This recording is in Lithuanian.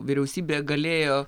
vyriausybė galėjo